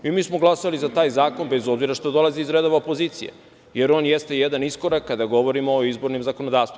Mi smo glasali za taj zakon, bez obzira što dolazi iz redova opozicije, jer on jeste jedan iskorak, kada govorimo o izbornom zakonodavstvu.